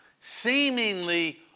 seemingly